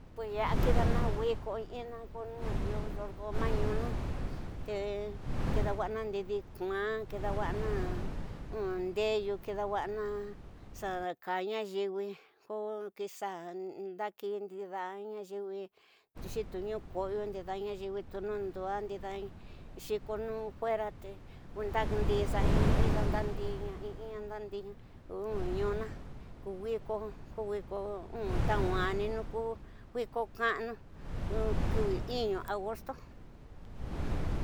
Pues ya'a kidana wiko inina ko iyordona ñuna, te kidawa'ana ndi di küa, kida wa'ana ndeyu, kidawa'ana xa kaá ña yiwi ko nkixa ndaki ndida ña yiwi xitu nu kosoyo, ndida ña yiwi. Xitu nu nduasa ndida xiko ño juera tenda ñixa in ñxa, ndau dina in ina ñuna ko wiko, wiko tananinu ku wiko ka'anu kiwi iñu agostu.